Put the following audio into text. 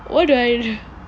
what do I do